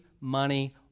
money